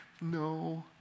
No